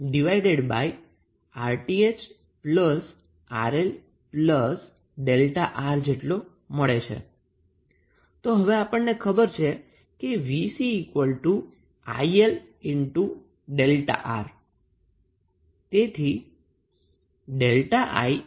હવે આપણને ખબર છે કે VC IL ΔR મળે છે